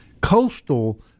Coastal